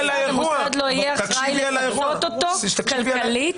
המוסד לא יהיה אחראי לפצות אותו כלכלית?